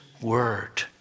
word